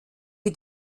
wir